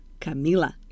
Camila